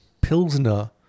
Pilsner